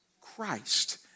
Christ